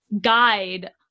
guide